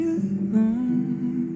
alone